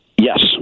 Yes